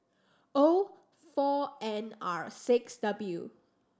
O four N R six W